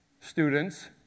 students